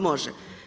Može.